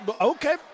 Okay